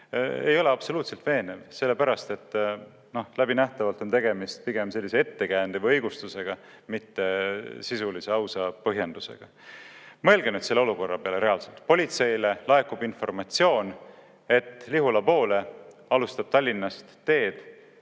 ei ole absoluutselt veenev, sellepärast et läbinähtavalt on tegemist pigem ettekäände või õigustusega, mitte sisulise ausa põhjendusega. Mõelge nüüd selle olukorra peale reaalselt. Politseile laekub informatsioon, et Lihula poole alustab Tallinnast teed